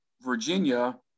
Virginia